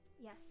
Yes